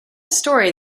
story